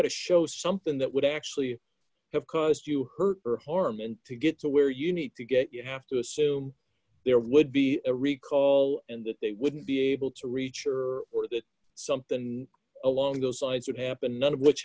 have to show something that would actually have caused you harm and to get to where you need to get you have to assume there would be a recall and it wouldn't be able to reach or something along those lines would happen none of which